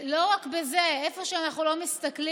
לא רק בזה, איפה שאנחנו לא מסתכלים,